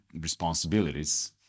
responsibilities